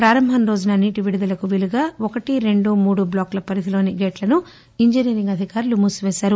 ప్రారంభం రోజున నీటి విడుదలకు వీలుగా ఒకటి రెండు మూడు బ్లాకుల పరిధిలోని గేట్లను ఇంజనీరింగ్ అధికారులు మూసివేశారు